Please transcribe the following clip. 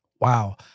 Wow